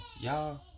Y'all